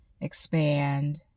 expand